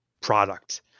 product